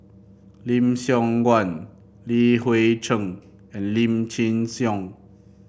Lim Siong Guan Li Hui Cheng and Lim Chin Siong